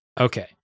Okay